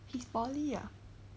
he's poly ah